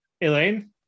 Elaine